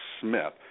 Smith